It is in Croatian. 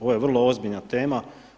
Ovo je vrlo ozbiljna tema.